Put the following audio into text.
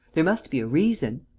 there must be a reason?